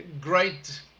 great